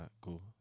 cool